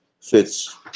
fits